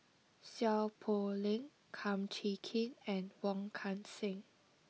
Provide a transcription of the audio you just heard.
Seow Poh Leng Kum Chee Kin and Wong Kan Seng